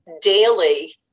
daily